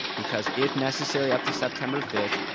because if necessary up to september fifth,